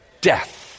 death